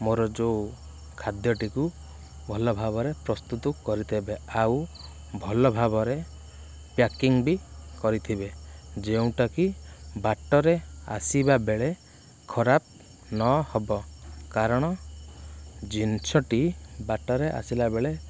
ମୋର ଯେଉଁ ଖାଦ୍ୟଟିକୁ ଭଲଭାବରେ ପ୍ରସ୍ତୁତ କରିଦେବେ ଆଉ ଭଲଭାବରେ ପ୍ୟାକିଙ୍ଗ୍ ବି କରିଥିବେ ଯେଉଁଟାକି ବାଟରେ ଆସିବା ବେଳେ ଖରାପ ନ ହେବ କାରଣ ଜିନିଷଟି ବାଟରେ ଆସିଲାବେଳେ